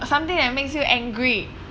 something that makes you angry